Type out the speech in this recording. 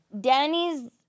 Danny's